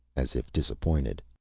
as if disappointed.